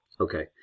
Okay